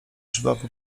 żwawo